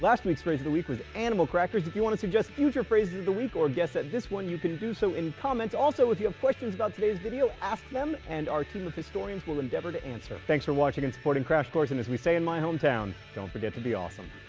last week's phrase of the week was animal crackers. if you want to suggest future phrases of the week or guess at this one, you can do so in comments also, if you have questions about today's video, ask them, and our team of historians will endeavor to answer them. thanks for watching and supporting crash course. and as we say in my hometown, don't forget to be awesome.